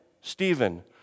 Stephen